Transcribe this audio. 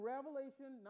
Revelation